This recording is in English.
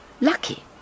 Lucky